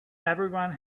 everyone